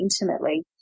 intimately